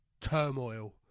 turmoil